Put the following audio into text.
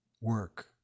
work